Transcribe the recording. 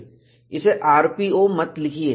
इसे rpo मत लिखिए